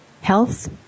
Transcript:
health